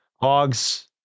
Hogs